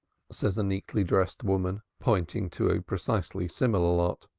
says a neatly dressed woman, pointing to a precisely similar lot.